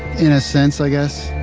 in a sense, i guess.